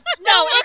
No